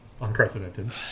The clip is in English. unprecedented